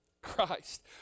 Christ